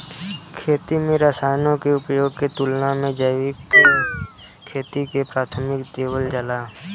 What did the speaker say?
खेती में रसायनों के उपयोग के तुलना में जैविक खेती के प्राथमिकता देवल जाला